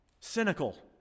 cynical